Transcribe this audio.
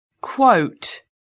quote